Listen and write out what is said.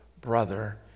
brother